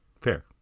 fair